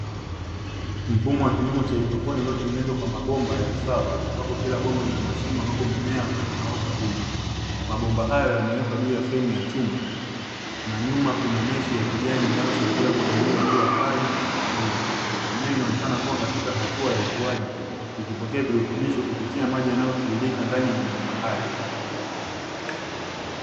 Mfumo wa kilimo cha haidroponi uliotengenezwa kwa mabomba ya usawa ambapo kila bomba lina mashimo ambapo mimea inaota huku. Mabomba hayo yamewekwa juu ya fremu ya chuma na nyuma kuna meshe ya kijani inayozuia jua kali na wadudu. Mimea inaonekana katika hatua ya ukuaji ikipokea virutubisho kutoka katika maji yanayotiririka ndani ya mabomba hayo.